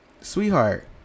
sweetheart